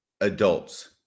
adults